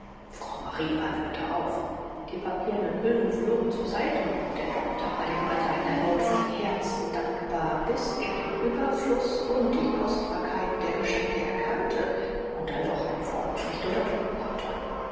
frau marie atmete auf die papiernen hüllen flogen zur seite und auch der doktor war dem retter in der not von herzen dankbar bis er den überfluß und die kostbarkeit der geschenke erkannte und dann doch einen vorwurf nicht unterdrücken konnte